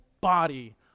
body